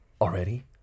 Already